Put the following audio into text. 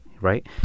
Right